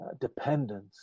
dependence